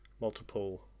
multiple